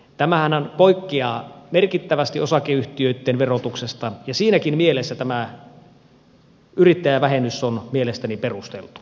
tämähän poikkeaa merkittävästi osakeyhtiöitten verotuksesta ja siinäkin mielessä tämä yrittäjävähennys on mielestäni perusteltu